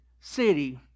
city